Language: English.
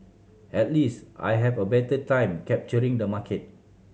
at least I have a better time capturing the market